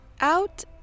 Out